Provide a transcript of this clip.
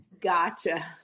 Gotcha